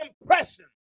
impression